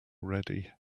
ready